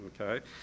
Okay